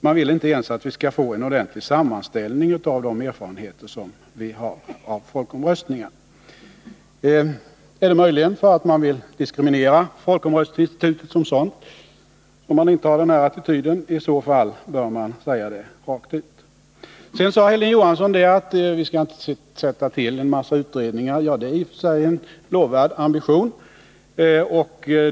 Man vill inte ens att vi skall få en ordentlig sammanställning av de erfarenheter som finns av folkomröstningar. Är det möjligen för att man vill diskriminera folkomröstningsinstitutet som sådant som man intar den attityden? I så fall bör man säga det rent ut. Sedan sade Hilding Johansson att vi inte skall sätta till en massa utredningar. Det är i och för sig en lovvärd ambition.